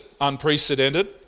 Unprecedented